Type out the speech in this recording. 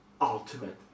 ultimate